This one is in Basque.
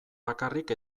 bakarrik